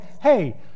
hey